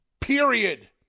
period